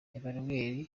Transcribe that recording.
emmanuel